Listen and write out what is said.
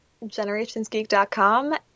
GenerationsGeek.com